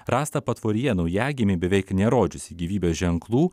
rastą patvoryje naujagimį beveik nerodžiusį gyvybės ženklų